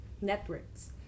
networks